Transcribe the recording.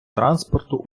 транспорту